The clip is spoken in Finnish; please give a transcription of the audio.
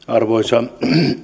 arvoisa